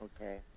okay